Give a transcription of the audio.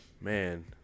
man